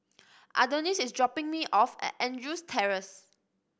Adonis is dropping me off at Andrews Terrace